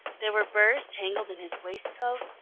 there were burrs tangled in his waistcoat.